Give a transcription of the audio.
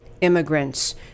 immigrants